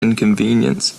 inconvenience